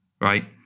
right